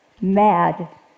mad